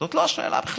זאת לא השאלה בכלל,